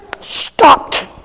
Stopped